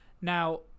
Now